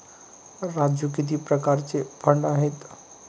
राजू किती प्रकारचे फंड आहेत?